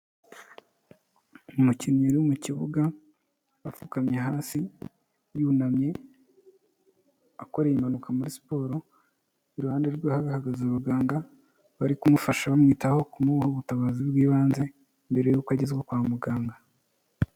Umukinnyi uri mu ikibuga apfukamye hasi yunamye, akoreye impanuka muri siporo, iruhande rwe hari hahagaze abaganga bari kumufasha bamwitaho kumuha ubutabazi bw'ibanze, mbere y'uko agezwa kwa mu ganga.